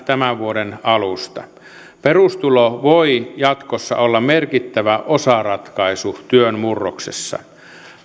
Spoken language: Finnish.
tämän vuoden alusta perustulo voi jatkossa olla merkittävä osaratkaisu työn murroksessa